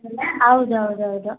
ಹೌದ್ ಹೌದ್ ಹೌದು